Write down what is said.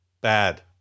Bad